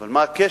אבל מה הקשר?